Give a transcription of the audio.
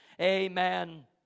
Amen